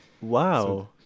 wow